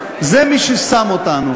אני רוצה להודות גם לצוות הוועדה שלי